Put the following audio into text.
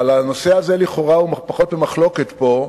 אבל הנושא הזה נמצא לכאורה פחות במחלוקת פה,